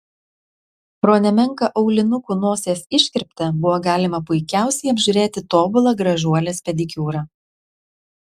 pro nemenką aulinukų nosies iškirptę buvo galima puikiausiai apžiūrėti tobulą gražuolės pedikiūrą